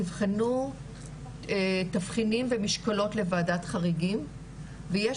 תבחנו תבחינים ומשקולות לוועדת חריגים ויש